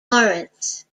lawrence